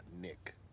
Nick